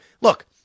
Look